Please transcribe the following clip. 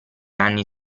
anni